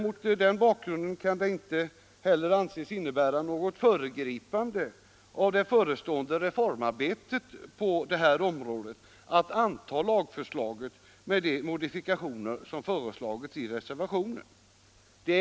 Mot denna bakgrund kan det inte heller anses innebära något föregripande av det förestående reformarbetet på detta område att anta lagförslaget med de modifikationer som föreslagits i reservationen.